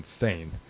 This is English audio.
insane